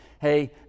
Hey